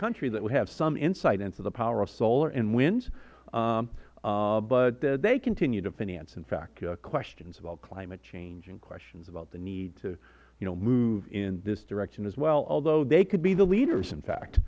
country that would have some insight into the power of solar and wind but they continue to finance in fact questions about climate change and questions about the need to move in this direction as well although they could be the leaders in fact